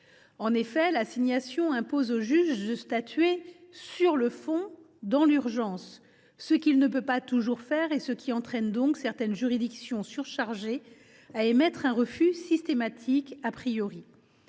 En effet, l’assignation impose au juge de statuer sur le fond dans l’urgence, ce qu’il ne peut pas toujours faire et ce qui conduit certaines juridictions surchargées à émettre un refus systématique.